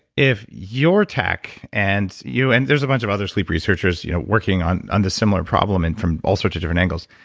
if your tech, and and there's a bunch of other sleep researchers you know working on on this similar problem and from all sorts of different angles.